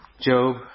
Job